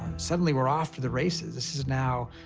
suddenly, we're off to the races. this is now,